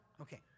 Okay